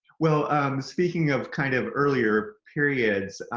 well speaking of kind of earlier periods,